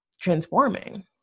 transforming